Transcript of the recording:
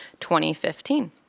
2015